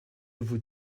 vous